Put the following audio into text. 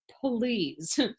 please